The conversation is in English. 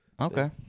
Okay